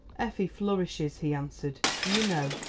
effie flourishes, he answered. do you know,